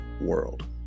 world